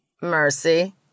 mercy